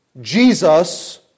Jesus